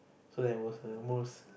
so that was the most